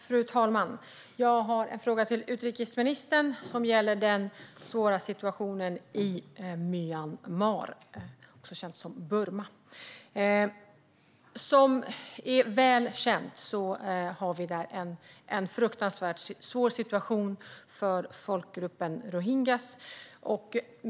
Fru talman! Jag har en fråga till utrikesministern som gäller den svåra situationen i Myanmar, också känt som Burma. Som är väl känt är situationen där fruktansvärt svår för folkgruppen rohingya.